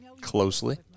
closely